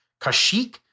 Kashik